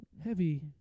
Heavy